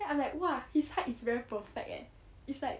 then I'm like !wah! his height is very perfect leh it's like